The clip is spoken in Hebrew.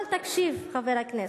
אבל תקשיב, חבר הכנסת.